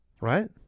Right